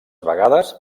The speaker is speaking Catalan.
vegades